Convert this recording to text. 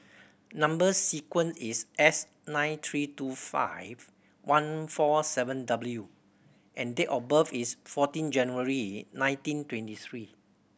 number sequence is S nine three two five one four seven W and date of birth is fourteen January nineteen twenty three